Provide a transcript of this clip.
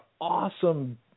awesome